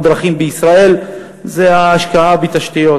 הדרכים בישראל היא ההשקעה בתשתיות.